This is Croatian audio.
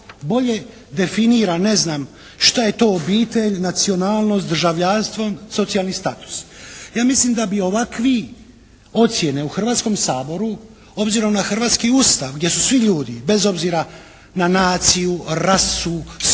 bolje definira, ne znam, šta je to obitelj, nacionalnost, državljanstvo, socijalni status. Ja mislim da bi ovakvi ocjene u Hrvatskom saboru obzirom na hrvatski Ustav gdje su svi ljudi bez obzira na naciju, rasu, spol,